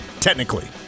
technically